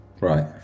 Right